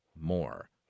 more